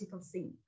scene